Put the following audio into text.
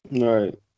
Right